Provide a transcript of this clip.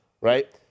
right